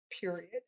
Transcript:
period